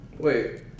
Wait